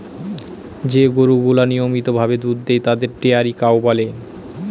যে গরুগুলা নিয়মিত ভাবে দুধ দেয় তাদের ডেয়ারি কাউ বলে